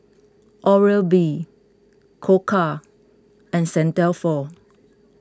Oral B Koka and Saint Dalfour